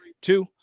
two